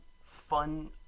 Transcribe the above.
fun